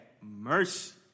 mercy